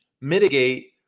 mitigate